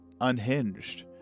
unhinged